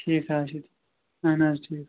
ٹھیٖک حظ چھُ اَہَن حظ ٹھیٖک